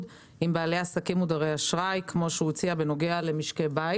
עם בעלי עסקים מודרי אשראי כמו שהוא הציע בנוגע למשקי בית.